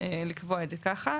לקבוע את זה ככה.